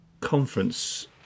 conference